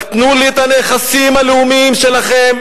רק תנו לי את הנכסים הלאומיים שלכם,